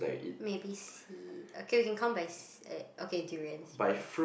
maybe see okay we count by see~ uh okay durians durians